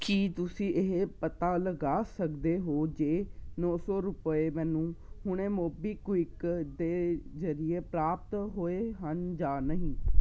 ਕੀ ਤੁਸੀਂਂ ਇਹ ਪਤਾ ਲਗਾ ਸਕਦੇ ਹੋ ਜੇ ਨੌਂ ਸੌ ਰੁਪਏ ਮੈਨੂੰ ਹੁਣੇ ਮੋਬੀਕਵਿਕ ਦੇ ਜ਼ਰੀਏ ਪ੍ਰਾਪਤ ਹੋਏ ਹਨ ਜਾਂ ਨਹੀਂ